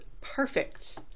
perfect